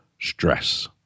stress